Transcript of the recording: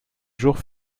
jours